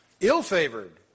ill-favored